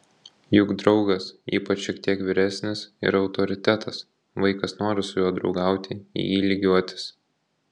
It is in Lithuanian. juk draugas ypač šiek tiek vyresnis yra autoritetas vaikas nori su juo draugauti į jį lygiuotis